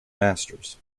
masters